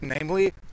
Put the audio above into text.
namely